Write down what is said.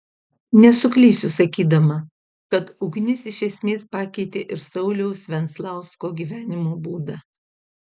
nesuklysiu sakydama kad ugnis iš esmės pakeitė ir sauliaus venclausko gyvenimo būdą